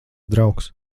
draugs